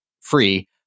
free